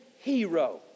Hero